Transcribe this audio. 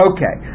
Okay